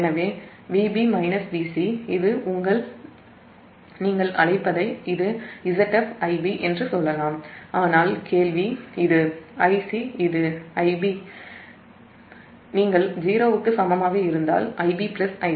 எனவே Vb Vc இது நீங்கள் அழைப்பதை Zf Ib என்று சொல்லலாம் ஆனால்கேள்வி இது Ic இது Ib அதாவது நீங்கள் 0 க்கு சமமாக இருந்தால் Ib Ic